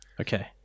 Okay